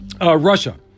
Russia